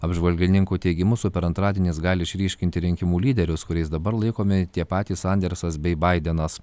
apžvalgininkų teigimu super antradienis gali išryškinti rinkimų lyderius kuriais dabar laikomi tie patys sandersas bei baidenas